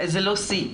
זה לא סי,